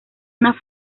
una